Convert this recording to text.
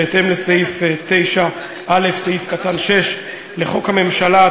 בהתאם לסעיף 9א(6) לחוק הממשלה,